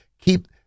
keep